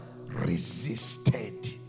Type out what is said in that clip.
resisted